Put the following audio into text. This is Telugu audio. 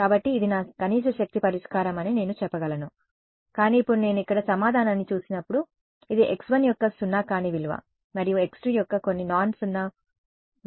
కాబట్టి ఇది నా కనీస శక్తి పరిష్కారం అని నేను చెప్పగలను కానీ ఇప్పుడు నేను ఇక్కడ సమాధానాన్ని చూసినప్పుడు ఇది x1 యొక్క సున్నా కాని విలువ మరియు x2 యొక్క కొన్ని నాన్ సున్నా విలువ ను కలిగి ఉంది